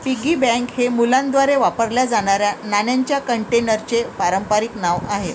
piggy bank हे मुलांद्वारे वापरल्या जाणाऱ्या नाण्यांच्या कंटेनरचे पारंपारिक नाव आहे